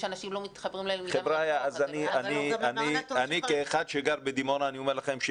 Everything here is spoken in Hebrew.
שאנשים לא מתחברים --- כאחד שגר בדימונה אני אומר לכם,